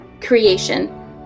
creation